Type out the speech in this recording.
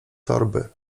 torby